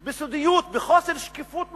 בסודיות, בחוסר שקיפות מוחלט,